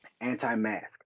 anti-mask